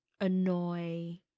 annoy